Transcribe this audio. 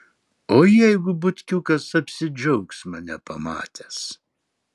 o jeigu butkiukas apsidžiaugs mane pamatęs